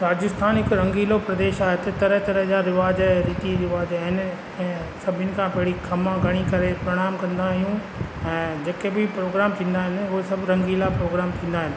राजस्थान हिकु रंगीलो प्रदेश आ हिते तरह तरह जा रवाज ऐं रीति रवाज आहिनि ऐं सभिनीनि खां पहरीं खमा घणी करे प्रणाम कंदा आहियूं ऐं जेके बि प्रोग्राम थींदा आहिनि उहे सभु रंगीला प्रोग्राम थींदा आहिनि